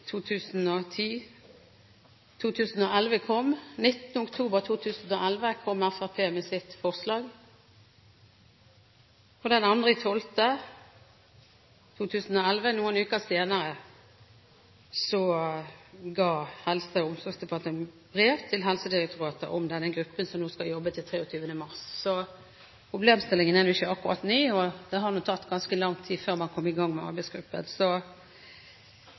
2010, 2011 kom, 19. oktober 2011 kom Fremskrittspartiet med sitt forslag, 2. desember 2011 – noen uker senere – kom Helse- og omsorgsdepartementets brev til Helsedirektoratet om denne gruppen som nå skal jobbe fram til 23. mars. Så problemstillingen er ikke akkurat ny, og det har tatt ganske lang tid før man kom i gang med arbeidsgruppen. Poenget mitt er at vi er utålmodige, alle sammen. Så